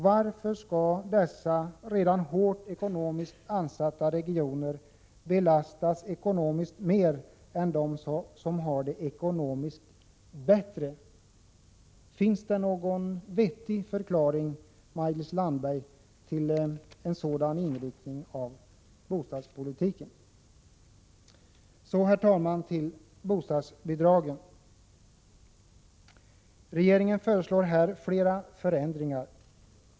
Varför skall dessa redan hårt ekonomiskt ansatta regioner belastas ekonomiskt mer än de som har det ekonomiskt bättre? Finns det någon vettig förklaring, Maj-Lis Landberg, till en sådan inriktning av bostadspolitiken? Så, herr talman, till bostadsbidragen. Regeringen föreslår här flera förändringar.